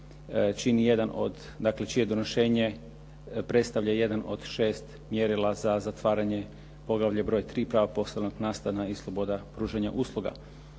čini jedan od, dakle čije donošenje predstavlja jedan od šest mjerila za zatvaranje poglavlje broj 3. …/Govornik se ne razumije./… i sloboda pružanja usluga.